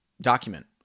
document